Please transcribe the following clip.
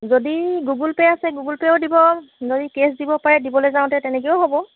যদি Google Pay আছে Google পেয়ো দিব যদি কেছ দিবলৈ পাৰে দিবলৈ যাওঁতে তেনেকৈয়ো হ'ব